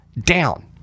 down